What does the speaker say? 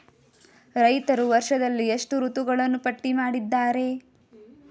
ರೈತರು ವರ್ಷದಲ್ಲಿ ಎಷ್ಟು ಋತುಗಳನ್ನು ಪಟ್ಟಿ ಮಾಡಿದ್ದಾರೆ?